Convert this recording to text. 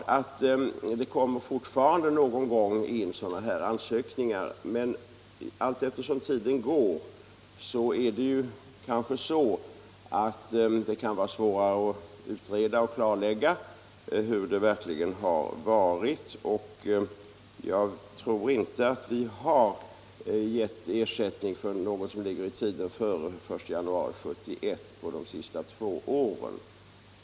Det kommer fortfarande någon gång in sådana ansökningar, men allt eftersom tiden går blir det svårare att utreda och klarlägga hur det verkligen var. Jag tror inte att vi på de senaste två åren utgivit ersättning för skada som uppstått före den 1 januari 1971.